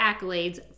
accolades